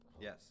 Yes